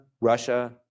Russia